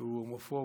שהוא הומופוב